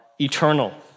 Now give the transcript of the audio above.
eternal